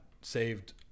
saved